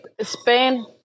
Spain